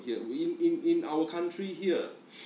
here we in in our country here